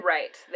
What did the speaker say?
Right